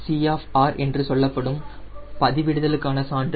C of R என்று சொல்லப்படும் பதிவிடுதலுக்கான சான்று